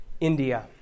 India